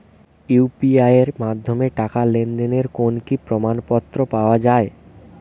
UPI এর মাধ্যমে টাকা লেনদেনের কোন কি প্রমাণপত্র পাওয়া য়ায়?